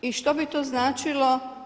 I što bi to značilo?